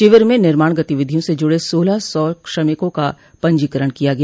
शिविर में निर्माण गतिविधियों से जुड़े सोलह सौ श्रमिकों का पंजीकरण किया गया